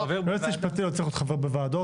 יועץ משפטי לא צריך להיות חבר בוועדות,